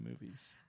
movies